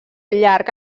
llarg